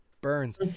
burns